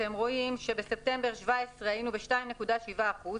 אתם רואים שבספטמבר 2017 היינו ב-2.7 אחוזים,